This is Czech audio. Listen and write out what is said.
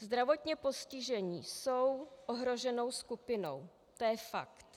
Zdravotně postižení jsou ohroženou skupinou, to je fakt.